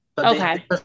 Okay